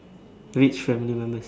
rich family members